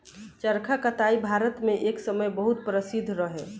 चरखा कताई भारत मे एक समय बहुत प्रसिद्ध रहे